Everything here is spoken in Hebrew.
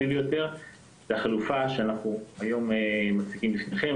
ביותר היא החלופה שאנחנו היום מציגים בפניכם,